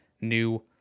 new